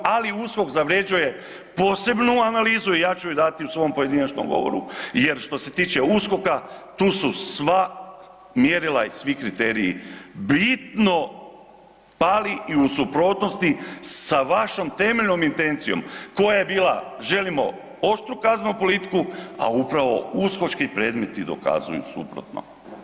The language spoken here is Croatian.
Ali USKOK zavređuje posebnu analizu i ja ću je dati u svom pojedinačnom govoru, jer što se tiče USKOK-a tu su sva mjerila i svi kriteriji bitno pali i u suprotnosti sa vašom temeljnom intencijom koja je bila želimo oštru kaznenu politiku, a upravo uskočki predmeti dokazuju suprotno.